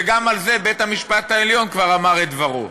וגם על זה בית-המשפט העליון אמר את דברו.